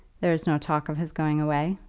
there is no talk of his going away.